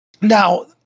Now